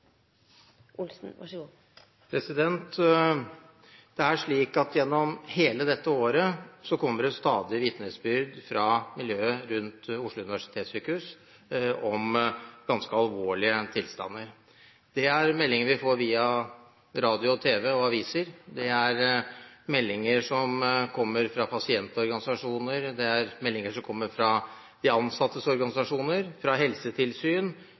Gjennom hele dette året har det stadig kommet vitnesbyrd fra miljøet rundt Oslo universitetssykehus om ganske alvorlige tilstander. Det er meldinger vi får via radio, tv og aviser. Det er meldinger som kommer fra pasientorganisasjoner. Det er meldinger som kommer fra de ansattes organisasjoner, fra helsetilsyn